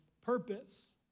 purpose